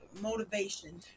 motivation